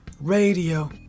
radio